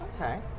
Okay